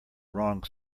wrong